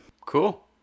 Cool